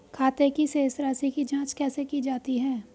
खाते की शेष राशी की जांच कैसे की जाती है?